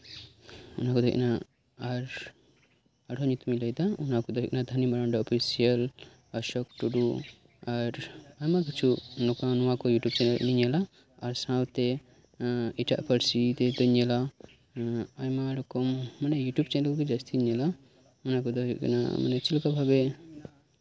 ᱚᱱᱟ ᱠᱟᱛᱮᱜ ᱟᱨ ᱟᱨᱦᱚᱸ ᱧᱩᱛᱩᱢᱤᱧ ᱞᱟᱹᱭᱫᱟ ᱟᱨ ᱦᱚᱸ ᱧᱩᱛᱩᱢᱤᱧ ᱞᱟᱹᱭᱫᱟ ᱚᱱᱟ ᱠᱚᱫᱚ ᱦᱩᱭᱩᱜ ᱠᱟᱱᱟ ᱫᱷᱟᱱᱤ ᱢᱟᱨᱟᱱᱰᱤ ᱚᱯᱷᱤᱥᱤᱭᱟᱞ ᱚᱥᱳᱠ ᱴᱩᱰᱩ ᱱᱚᱣᱟ ᱠᱚ ᱤᱭᱩᱴᱩᱵᱽ ᱪᱮᱱᱮᱞ ᱧᱮᱞᱟ ᱥᱟᱶᱛᱮ ᱮᱴᱟᱜ ᱯᱟᱹᱨᱥᱤ ᱨᱮᱫᱚᱧ ᱧᱮᱞᱟ ᱟᱭᱢᱟ ᱨᱚᱠᱚᱢ ᱤᱭᱩᱴᱩᱵᱽ ᱪᱮᱱᱮᱞ ᱠᱚ ᱚᱱᱟ ᱠᱚᱫᱚ ᱦᱩᱭᱩᱜ ᱠᱟᱱᱟ